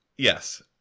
Yes